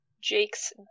Jake's